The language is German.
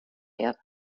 erde